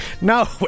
No